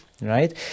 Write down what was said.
right